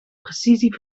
precisie